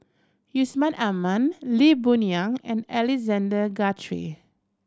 Yusman Aman Lee Boon Yang and Alexander Guthrie